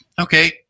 Okay